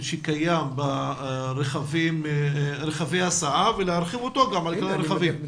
שקיים ברכבי ההסעות ולהרחיב אותו על כל הרכבים?